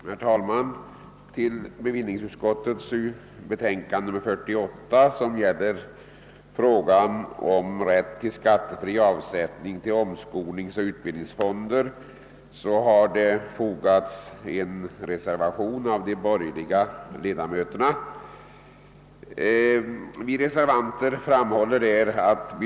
Herr talman! Till bevillningsutskottets betänkande nr 48, som gäller frågan om rätt till skattefri avsättning till omskolningsoch utbildningsfonder, har fogats en reservation av utskottets borgerliga ledamöter.